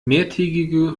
mehrtägige